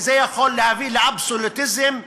כי זה יכול להוביל לאבסולוטיזם פסול.